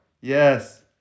Yes